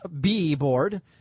B-board